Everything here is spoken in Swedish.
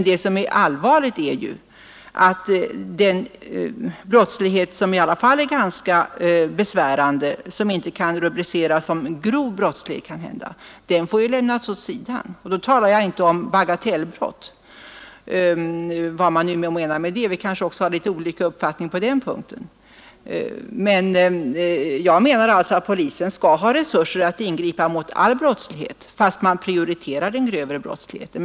Det som är allvarligt är att den brottslighet som i alla fall är ganska besvärande men som kanske inte kan rubriceras som grov brottslighet får lämnas åt sidan. Och då talar jag inte om bagatellbrott — vad som menas med det har vi kanske litet olika uppfattningar om. Jag menar alltså att polisen skall ha resurser att ingripa mot all brottslighet fast man prioriterar den grövre brottsligheten.